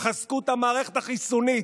חזקו את המערכת החיסונית.